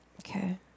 Okay